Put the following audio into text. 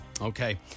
Okay